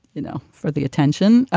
you know, for the attention,